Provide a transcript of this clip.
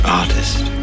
artist